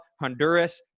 Honduras